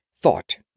Thought